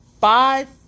Five